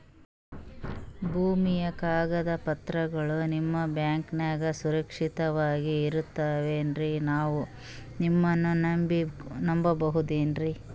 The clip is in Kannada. ಭೂಮಿಯ ಕಾಗದ ಪತ್ರಗಳು ನಿಮ್ಮ ಬ್ಯಾಂಕನಾಗ ಸುರಕ್ಷಿತವಾಗಿ ಇರತಾವೇನ್ರಿ ನಾವು ನಿಮ್ಮನ್ನ ನಮ್ ಬಬಹುದೇನ್ರಿ?